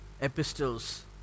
epistles